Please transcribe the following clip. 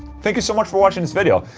thank you so much for watching this video.